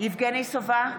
יבגני סובה,